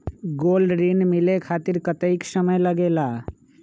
Gold ऋण मिले खातीर कतेइक समय लगेला?